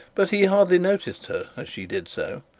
but he hardly noticed her as she did so,